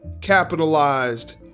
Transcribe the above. capitalized